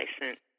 license